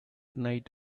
night